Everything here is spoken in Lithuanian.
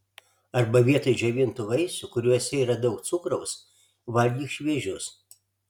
arba vietoj džiovintų vaisių kuriuose yra daug cukraus valgyk šviežius